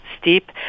steep